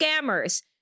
scammers